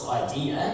idea